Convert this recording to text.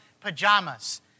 pajamas